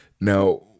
Now